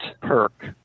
perk